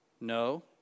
No